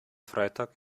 freitag